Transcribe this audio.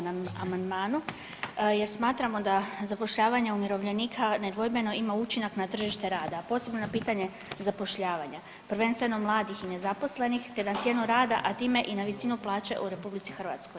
Ostajemo pri ovom amandmanu jer smatramo da zapošljavanje umirovljenika nedvojbeno ima učinak na tržište rada, a posebno na pitanje zapošljavanja, prvenstveno mladih i nezaposlenih, te na cijenu rada, a time i na visinu plaće u RH.